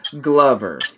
glover